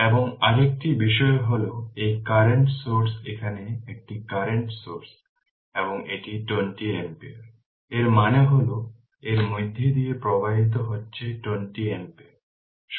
এবং আরেকটি বিষয় হল এই কারেন্ট সোর্স এখানে একটি কারেন্ট সোর্স এবং এটি 20 ampere এর মানে হল এর মধ্য দিয়ে প্রবাহিত হচ্ছে 20 ampere